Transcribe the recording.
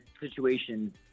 situation